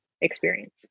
experience